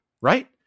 right